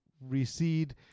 recede